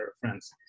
friends